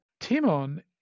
Timon